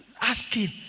asking